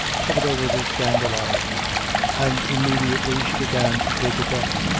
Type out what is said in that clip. covered over with dandelion and immediately she began to dig it up.